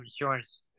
insurance